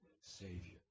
Savior